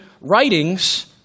writings